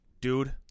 dude